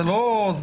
אנחנו